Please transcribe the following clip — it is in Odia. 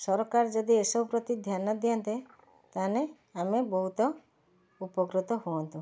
ସରକାର ଯଦି ଏ ସବୁ ପ୍ରତି ଧ୍ୟାନ ଦିଅନ୍ତେ ତାହାଲେ ଆମେ ବହୁତ ଉପକୃତ ହୁଅନ୍ତୁ